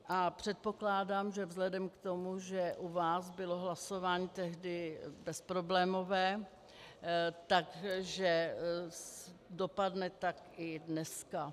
A předpokládám, že vzhledem k tomu, že u vás bylo hlasování tehdy bezproblémové, že tak dopadne i dneska.